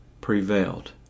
prevailed